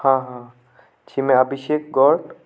हाँ हाँ जी मैं अभिषेक गौड़